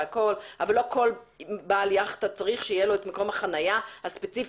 אבל לא כל בעל יכטה צריך שיהיה לו את מקום החניה הספציפי